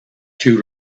too